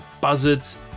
buzzards